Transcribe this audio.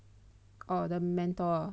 orh the mentor